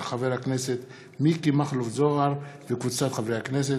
של חבר הכנסת מיקי מכלוף זוהר וקבוצת חברי הכנסת,